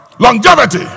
longevity